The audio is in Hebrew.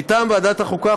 מטעם ועדת החוקה,